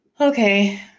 Okay